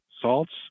salts